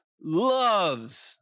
loves